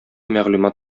мәгълүмат